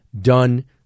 done